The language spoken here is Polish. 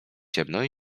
ciemno